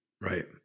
right